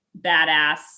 badass